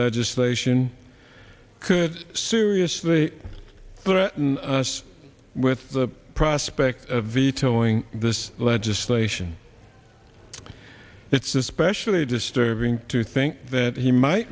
legislation could seriously threaten us with the prospect of vetoing this legislation it's especially disturbing to think that he might